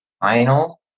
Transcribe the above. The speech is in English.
Final